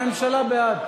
הממשלה בעד.